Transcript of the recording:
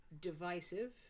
divisive